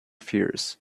fears